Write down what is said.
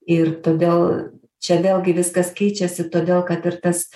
ir todėl čia vėlgi viskas keičiasi todėl kad ir tas